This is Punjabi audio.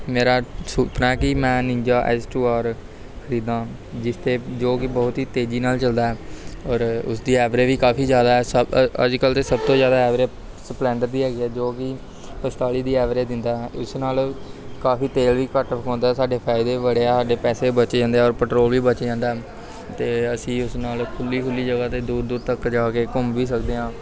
ਮੇਰਾ ਸੁਪਨਾ ਹੈ ਕਿ ਮੈਂ ਨਿੰਜਾ ਐੱਚ ਟੂ ਆਰ ਖਰੀਦਾਂ ਜਿਸ 'ਤੇ ਜੋ ਕਿ ਬਹੁਤ ਹੀ ਤੇਜ਼ੀ ਨਾਲ ਚੱਲਦਾ ਹੈ ਔਰ ਉਸਦੀ ਐਵਰੇਜ ਵੀ ਕਾਫ਼ੀ ਜ਼ਿਆਦਾ ਹੈ ਸ ਅੱਜ ਕੱਲ੍ਹ ਤਾਂ ਸਭ ਤੋਂ ਜ਼ਿਆਦਾ ਐਵਰੇਜ ਸਪਲੈਂਡਰ ਦੀ ਹੈਗੀ ਹੈ ਜੋ ਕਿ ਪੰਤਾਲੀ ਦੀ ਐਵਰੇਜ ਦਿੰਦਾ ਹੈ ਇਸ ਨਾਲ ਕਾਫ਼ੀ ਤੇਲ ਵੀ ਘੱਟ ਖਾਂਦਾ ਸਾਡੇ ਫ਼ਾਇਦੇ ਵੀ ਬੜੇ ਆ ਸਾਡੇ ਪੈਸੇ ਵੀ ਬਚੇ ਜਾਂਦੇ ਆ ਔਰ ਪੈਟਰੋਲ ਵੀ ਬਚ ਜਾਂਦਾ ਹਨ ਅਤੇ ਅਸੀਂ ਉਸ ਨਾਲ ਖੁੱਲ੍ਹੀ ਖੁੱਲ੍ਹੀ ਜਗ੍ਹਾ 'ਤੇ ਦੂਰ ਦੂਰ ਤੱਕ ਜਾ ਕੇ ਘੁੰਮ ਵੀ ਸਕਦੇ ਹਾਂ